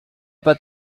pas